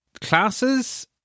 classes